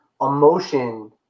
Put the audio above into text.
emotion